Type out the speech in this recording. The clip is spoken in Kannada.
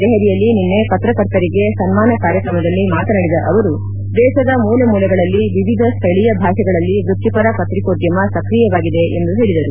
ದೆಹಲಿಯಲ್ಲಿ ನಿನ್ನೆ ಪತ್ರಕರ್ತರಿಗೆ ಸನ್ನಾನ ಕಾರ್ಯಕ್ರಮದಲ್ಲಿ ಮಾತನಾಡಿದ ಅವರು ದೇಶದ ಮೂಲೆ ಮೂಲೆಗಳಲ್ಲಿ ವಿವಿಧ ಸ್ಥಳೀಯ ಭಾಷೆಗಳಲ್ಲಿ ವೃತ್ತಿಪರ ಪತ್ರಿಕೋದ್ಯಮ ಸಕ್ರಿಯವಾಗಿದೆ ಎಂದು ಹೇಳಿದರು